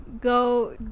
go